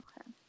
okay